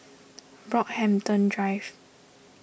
Brockhampton Drive